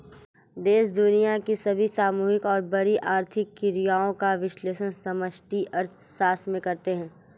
देश दुनिया की सभी सामूहिक और बड़ी आर्थिक क्रियाओं का विश्लेषण समष्टि अर्थशास्त्र में करते हैं